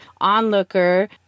Onlooker